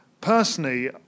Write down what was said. Personally